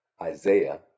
Isaiah